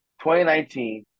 2019